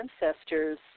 ancestors